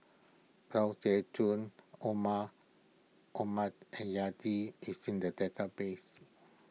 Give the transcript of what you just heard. Lai Siu Chun Omar Omar is in the database